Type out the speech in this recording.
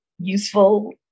useful